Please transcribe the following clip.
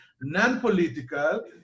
non-political